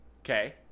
Okay